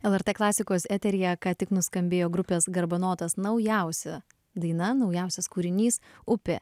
lrt klasikos eteryje ką tik nuskambėjo grupės garbanotas naujausia daina naujausias kūrinys upė